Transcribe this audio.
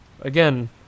Again